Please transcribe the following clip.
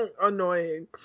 annoying